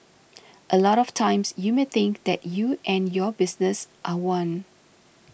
a lot of times you may think that you and your business are one